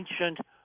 ancient